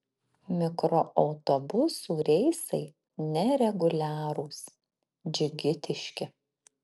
mikroautobusų reisai nereguliarūs džigitiški